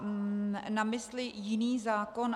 Mám na mysli jiný zákon.